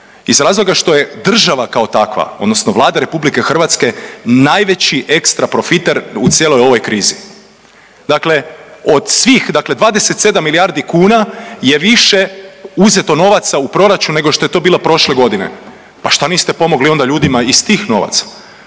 Iz razloga što je država kao takva odnosno Vlada Republike Hrvatske najveći ekstra profiter u cijeloj ovoj krizi. Dakle od svih dakle 27 milijardi kuna je više uzeto novaca u proračun nego što je to bilo prošle godine. Pa što niste pomogli onda ljudima iz tih novaca?